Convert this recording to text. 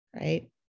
right